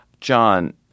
John